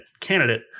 candidate